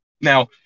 Now